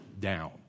down